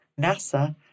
NASA